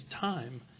time